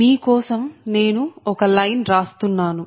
మీ కోసం నేను ఒక లైన్ రాస్తున్నాను